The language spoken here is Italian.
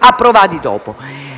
approvati dopo.